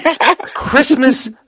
Christmas